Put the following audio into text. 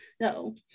no